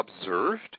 observed